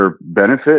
benefit